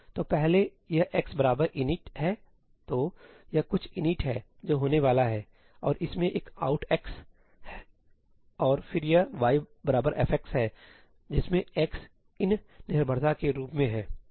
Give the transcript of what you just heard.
तो पहले यह 'x init ' हैतो यह कुछ 'init' है जो होने वाला है और इसमें एक out x सहीऔर फिर यह 'y f है जिसमें x in निर्भरता के रूप में हैसही